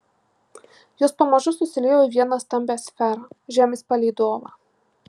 jos pamažu susiliejo į vieną stambią sferą žemės palydovą